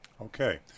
okay